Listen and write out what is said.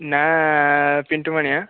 ନାଁ ପିଣ୍ଟୁ ମାଣିଆ